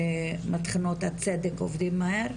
שטחנות הצדק עובדים מהר,